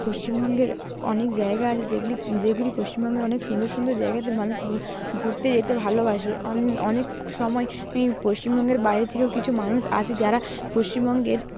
পশ্চিমবঙ্গের অনেক জায়গা আছে যেগুলি যেগুলি পশ্চিমবঙ্গের অনেক সুন্দর সুন্দর জায়গাতে মানুষ ঘুরতে যেতে ভালোবাসে অনেকসময় পশ্চিমবঙ্গের বাইরে থেকেও কিছু মানুষ আসে যারা পশ্চিমবঙ্গের